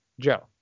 Joe